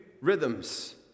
rhythms